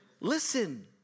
Listen